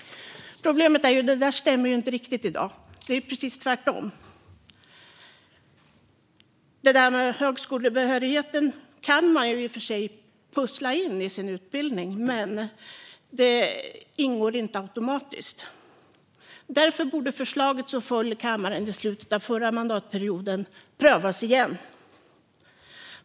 Problemet är att det där inte riktigt stämmer i dag. Det är precis tvärtom. Högskolebehörigheten kan man i och för sig pussla in i sin utbildning, men den ingår inte automatiskt. Därför borde det förslag som föll i kammaren i slutet av den förra mandatperioden prövas igen.